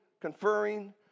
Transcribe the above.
conferring